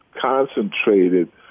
concentrated